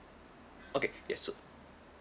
okay yes so